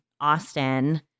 austin